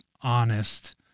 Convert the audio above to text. honest